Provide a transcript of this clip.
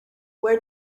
where